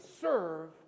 serve